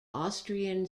austrian